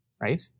right